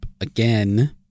again